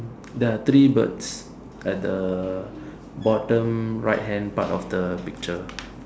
there are three birds at the bottom right hand part of the picture